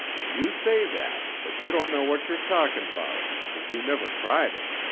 you say that, but you don't know what you're talking about cause you never tried it.